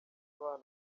abana